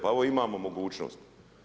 Pa evo, imamo mogućnost.